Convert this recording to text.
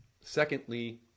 Secondly